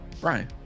Brian